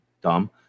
dumb